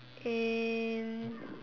and